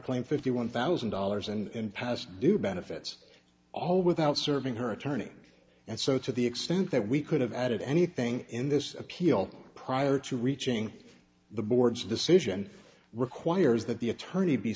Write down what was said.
claim fifty one thousand dollars and past due benefits all without serving her attorney and so to the extent that we could have added anything in this appeal prior to reaching the board's decision requires that the attorney be